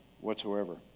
whatsoever